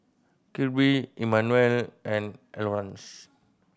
Kirby Immanuel and Eleonore